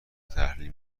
تحلیل